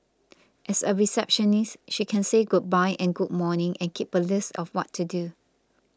as a receptionist she can say goodbye and good morning and keep a list of what to do